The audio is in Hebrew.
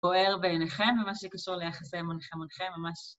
‫בוער בעיניכם ומה שקשור ‫ליחסי מנחה מונחה ממש...